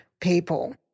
people